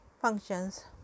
functions